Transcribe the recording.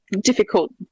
difficult